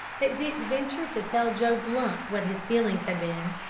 that dick ventured to tell joe blunt what his feelings had been.